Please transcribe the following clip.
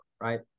right